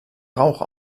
rauch